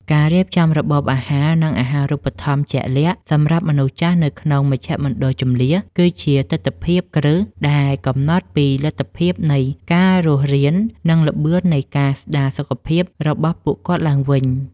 ការរៀបចំរបបអាហារ និងអាហារូបត្ថម្ភជាក់លាក់សម្រាប់មនុស្សចាស់នៅក្នុងមជ្ឈមណ្ឌលជម្លៀស គឺជាទិដ្ឋភាពគ្រឹះដែលកំណត់ពីលទ្ធភាពនៃការរស់រាន និងល្បឿននៃការស្តារសុខភាពរបស់ពួកគាត់ឡើងវិញ។